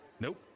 Nope